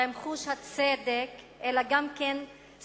ועם חוש הצדק, אלא גם שר